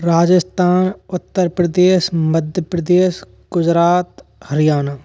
Rajasthan Uttar Pradesh Madhya Pradesh Gujarat Haryana